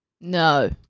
no